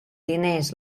diners